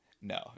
No